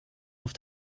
auf